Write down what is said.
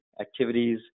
activities